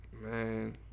Man